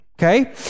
Okay